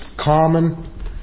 common